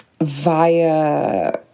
via